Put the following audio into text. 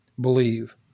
believe